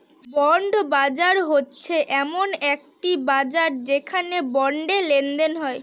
bond বাজার হচ্ছে এমন একটি বাজার যেখানে বন্ডে লেনদেন হয়